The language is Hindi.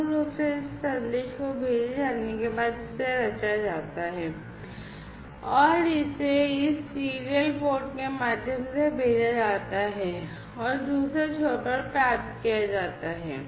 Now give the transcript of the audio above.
मूल रूप से इस संदेश को भेजे जाने के बाद इसे रचा जाता है और इसे इस सीरियल पोर्ट के माध्यम से भेजा जाता है और दूसरे छोर पर प्राप्त किया जाता है